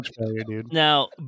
now